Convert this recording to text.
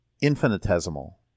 infinitesimal